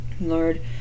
Lord